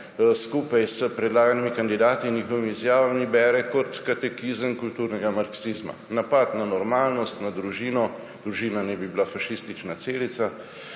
skupaj s predlaganimi kandidati in njihovimi izjavami, bere kot katekizem kulturnega marksizma. Napad na normalnost, na družino − družina naj bi bila fašistična celica,